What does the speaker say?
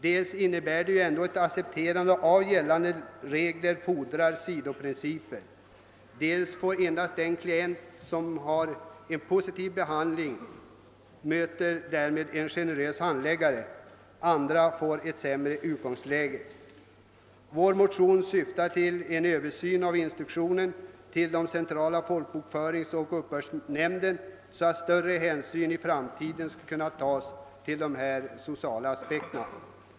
Dels innebär den ett accepterande av att det utöver gällande regler förekommer sidoprinciper, dels medför den att endast den klient som möter en generös handläggare får en positiv behandling medan andra får ett sämre utgångsläge. Vår motion syftade till en översyn av instruktionen till centrala folkbokföringsoch uppbördsnämnden så att större hänsyn i framtiden skulle kunna tas till de sociala aspekterna.